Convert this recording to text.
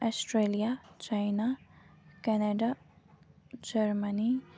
Australia China Canada Germany